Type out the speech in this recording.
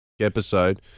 episode